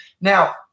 Now